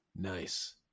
nice